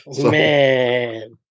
Man